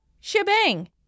shebang